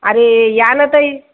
अरे या ना ताई